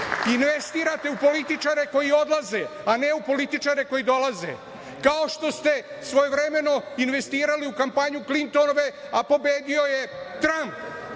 investirate u političare koji odlaze, a ne u političare koji dolaze kao što ste svojevremeno investirali u kampanju Klintonove, a pobedio je Tramp.